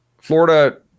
Florida